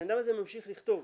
הבן אדם הזה ממשיך לכתוב.